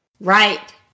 Right